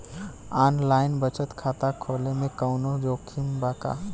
Online बचत खाता खोले में कवनो जोखिम बा का?